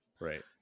Right